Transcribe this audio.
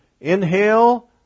inhale